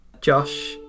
Josh